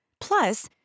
Plus